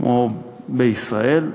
כמו בישראל,